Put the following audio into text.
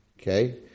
Okay